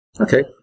okay